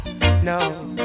No